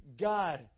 God